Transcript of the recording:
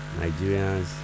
Nigerians